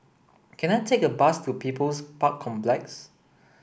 can I take a bus to People's Park Complex